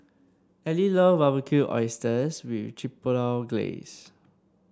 Elie love Barbecued Oysters with Chipotle Glaze